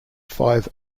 five